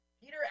Peter